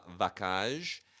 Vacage